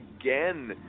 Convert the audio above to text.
again